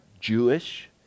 Jewish